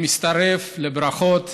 אני מצטרף לברכות